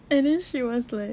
and then she was like